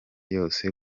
yose